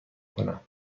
کنم